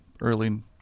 early